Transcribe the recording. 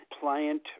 pliant